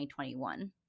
2021